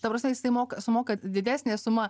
ta prasme jisai moka sumoka didesnė suma